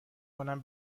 کنم